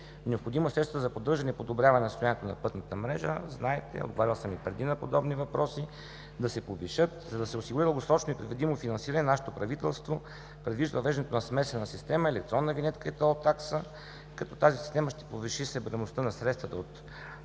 Необходимо е средствата за поддържане и подобряване на състоянието на пътната мрежа – знаете, отговарял съм и преди на подобни въпроси – да се повишат. За да се осигури дългосрочно и предвидимо финансиране, нашето правителство предвижда въвеждането на смесена система – електронна винетка и тол такса, като тази система ще повиши събираемостта на средствата от